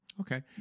Okay